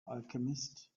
alchemist